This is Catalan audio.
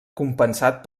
compensat